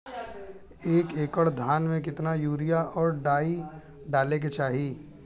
एक एकड़ धान में कितना यूरिया और डाई डाले के चाही?